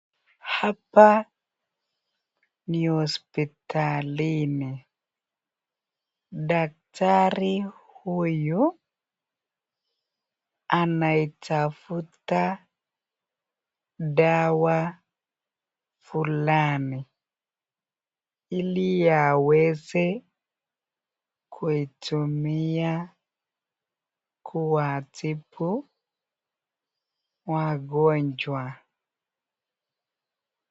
Hapa ni hosipitalini, daktari huyu anaitafuta dawa flani ili aweze kuitumia kuwatibu wagonjwa.